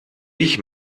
ich